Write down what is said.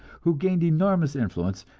who gained enormous influence,